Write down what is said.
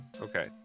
Okay